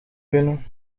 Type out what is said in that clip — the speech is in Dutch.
binnen